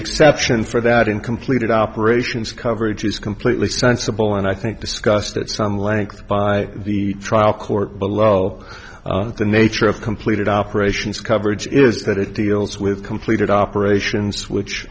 exception for that in completed operations coverage is completely sensible and i think discussed at some length by the trial court below the nature of completed operations coverage is that it deals with completed operations which